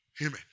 Amen